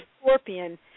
Scorpion